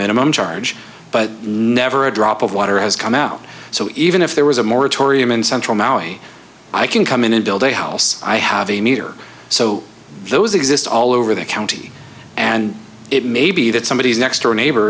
minimum charge but never a drop of water has come out so even if there was a moratorium in central maui i can come in and build a house i have a meter so those exist all over the county and it may be that somebody is next door neighbor